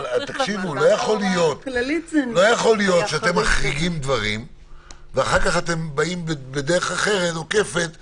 לא יכול להיות שאתם מחריגים דברים ואחר כך אתם באים בדרך עוקפת ועוקפים.